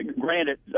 granted